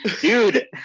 dude